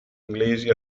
inglesi